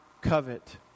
covet